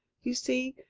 you see,